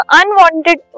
unwanted